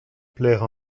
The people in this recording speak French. plaire